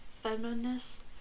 feminist